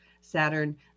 Saturn